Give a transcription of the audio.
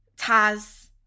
Taz